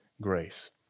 grace